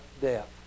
death